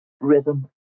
rhythm